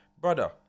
Brother